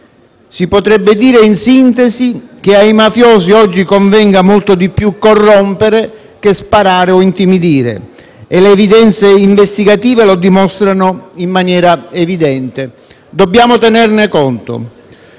Si potrebbe dire, in sintesi, che ai mafiosi oggi convenga molto di più corrompere che sparare o intimidire; e le evidenze investigative lo dimostrano in maniera evidente. Dobbiamo tenerne conto.